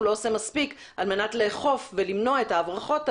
לא עושה מספיק על מנת לאכוף ולמנוע את ההברחות האלה.